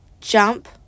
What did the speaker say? Jump